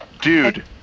Dude